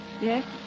Yes